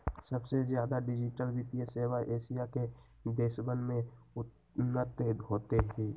सबसे ज्यादा डिजिटल वित्तीय सेवा एशिया के देशवन में उन्नत होते हई